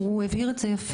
הוא הבהיר את זה יפה.